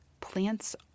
Plants